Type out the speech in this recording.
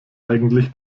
eigentlich